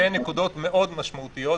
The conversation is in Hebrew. ותפילות שתי נקודות מאוד משמעותיות.